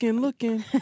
looking